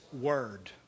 word